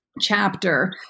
chapter